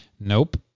Nope